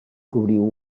cobriu